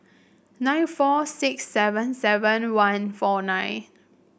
nine four six seven seven one four nine